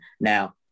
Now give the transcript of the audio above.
Now